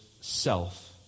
self